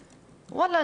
וואלה,